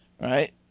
right